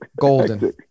Golden